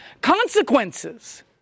consequences